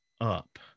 up